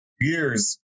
years